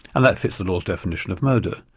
and that fits the law's definition of murder.